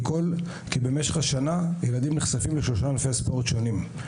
כי במשך השנה הילדים נחשפים לשלושה ענפי ספורט שונים.